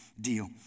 deal